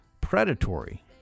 predatory